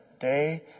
Day